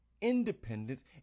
independence